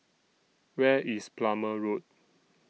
Where IS Plumer Road